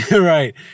Right